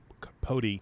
Capote